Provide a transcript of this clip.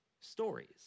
Stories